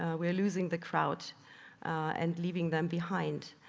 ah we are loosing the crowd and leaving them behind.